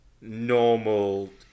normal